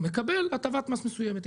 מקבל הטבת מס מסוימת.